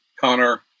Connor